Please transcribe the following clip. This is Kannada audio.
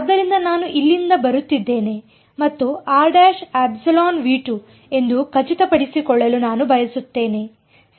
ಆದ್ದರಿಂದ ನಾನು ಇಲ್ಲಿಂದ ಬರುತ್ತಿದ್ದೇನೆ ಮತ್ತು ಎಂದು ಖಚಿತಪಡಿಸಿಕೊಳ್ಳಲು ನಾನು ಬಯಸುತ್ತೇನೆ ಸರಿ